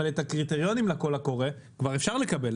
אבל את הקריטריונים לקול הקורא כבר אפשר לקבל.